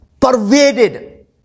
pervaded